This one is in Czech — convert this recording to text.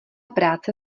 práce